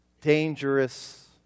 dangerous